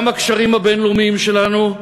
גם הקשרים הבין-לאומיים שלנו,